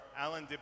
Alan